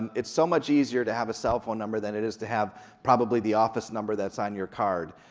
it's so much easier to have a cell phone number than it is to have probably the office number that's on your card,